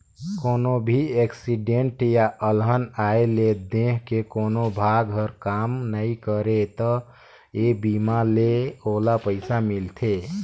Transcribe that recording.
कोनो भी एक्सीडेंट य अलहन आये ले देंह के कोनो भाग हर काम नइ करे त ए बीमा ले ओला पइसा मिलथे